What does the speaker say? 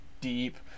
deep